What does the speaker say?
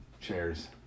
Chairs